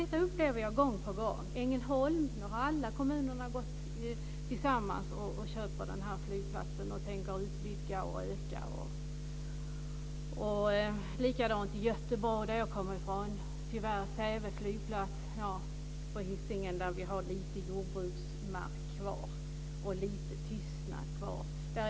Detta upplever jag gång på gång. När det gäller Ängelholms flygplats har alla kommuner tillsammans köpt denna flygplats och tänker utöka den. På samma sätt är det i Göteborg, som jag kommer ifrån, med Säve flygplats på Hisingen där det finns lite jordbruksmark och lite tystnad kvar.